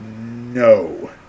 No